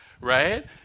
right